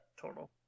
Total